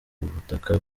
butaka